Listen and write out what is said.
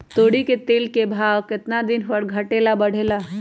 तोरी के तेल के भाव केतना दिन पर घटे ला बढ़े ला?